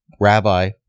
rabbi